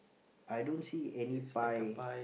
I don't see any pie